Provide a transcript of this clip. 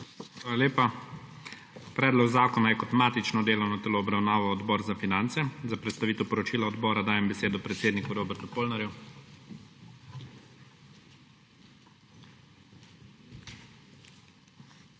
Hvala lepa. Predlog zakona je kot matično delovno telo obravnaval Odbor za finance. Za predstavitev poročila odbora dajem besedo predsedniku Robertu Polnarju.